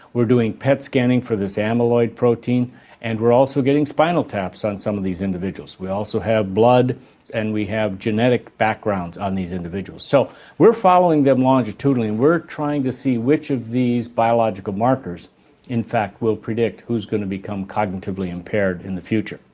we're doing pet scanning for this amyloid protein and we're also getting spinal taps on some of these individuals. we also have blood and we have genetic backgrounds on these individuals. equal so we're following them longitudinally and we're trying to see which of these biological markers in fact will predict who's going to become cognitively impaired in the future.